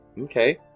Okay